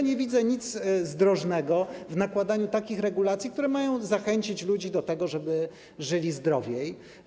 Nie widzę nic zdrożnego w nakładaniu takich regulacji, które mają zachęcić ludzi do tego, żeby żyli zdrowiej.